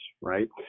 right